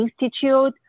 institute